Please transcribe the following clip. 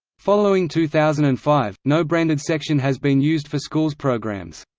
following two thousand and five, no branded section has been used for schools programmes.